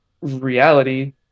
reality